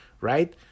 right